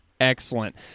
Excellent